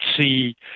see